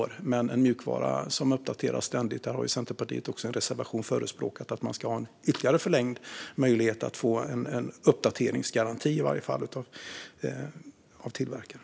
När det gäller en mjukvara, som uppdateras ständigt, har Centerpartiet i en reservation förespråkat att man ska ha en ytterligare förlängd möjlighet till i varje fall en uppdateringsgaranti av tillverkaren.